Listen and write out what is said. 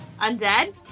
undead